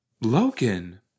Logan